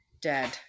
dead